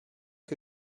que